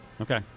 Okay